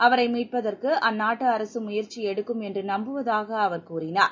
அவரை மீட்பதற்கு அந்நாட்டு அரசு முயற்சி எடுக்கும் என்று நம்புவதாக அவர் தெரிவித்தார்